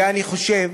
ואני חושב